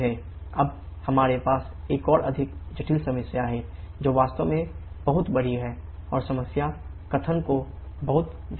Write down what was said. अब हमारे पास एक और अधिक जटिल समस्या है जो वास्तव में बहुत बड़ी है और समस्या कथन को बहुत ध्यान से पढ़ें